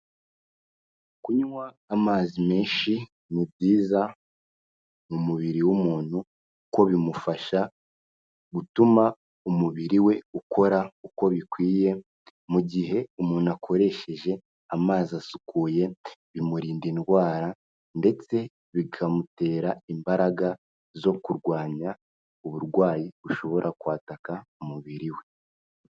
Kunywa amazi menshi ni byiza mu mubiri w'umuntu ko bimufasha gutuma umubiri we ukora uko bikwiye, mu gihe umuntu akoresheje amazi asukuye, bimurinda indwara ndetse bikamutera imbaraga zo kurwanya uburwayi bushobora kwataka umubiri we.